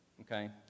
okay